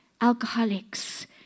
alcoholics